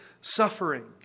suffering